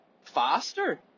faster